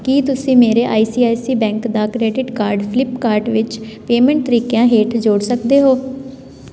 ਕੀ ਤੁਸੀਂ ਮੇਰੇ ICICI bank ਦਾ ਕਰੇਡਿਟ ਕਾਰਡ ਫਲਿੱਪਕਾਰਟ ਵਿੱਚ ਪੇਮੈਂਟ ਤਰੀਕਿਆਂ ਹੇਠ ਜੋੜ ਸਕਦੇ ਹੋ